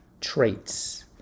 traits